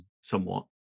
somewhat